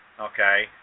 Okay